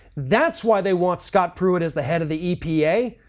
that's why they want scott pruitt as the head of the epa.